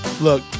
Look